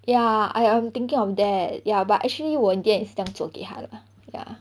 ya I am thinking of that ya but actually 我 dad 也是要做给他的